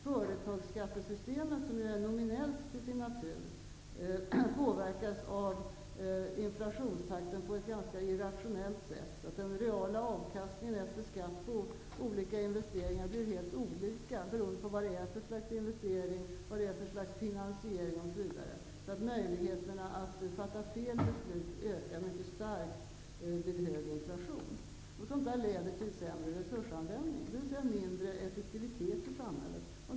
Företagsskattesystemet, som ju är nominellt till sin natur, påverkas av inflationstakten på ett ganska irrationellt sätt, så att den reala avkastningen efter skatt på olika olika investeringar blir helt olika beroende på vad det är för slags investeringar och vad det är för slags finansiering osv. Möjligheterna att fatta fel beslut vid hög inflation ökar därför mycket starkt. Sådant leder till sämre resursanvändning, dvs. mindre effektivitet i samhället.